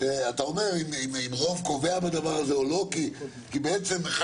אתה אומר אם אין רוב קובע בדבר הזה או לא כי בעצם אחד